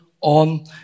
on